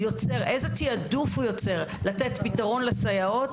איזה תיעדוף הוא יוצר לתת פתרון לסייעות,